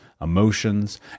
emotions